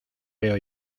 veo